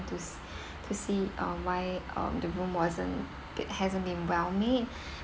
to s~ to see um why uh the room wasn't hasn't been well made